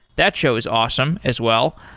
that show is awesome as well.